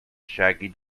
shaggy